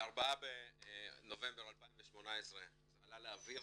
ב-4 בנובמבר 2018 זה עלה לאוויר,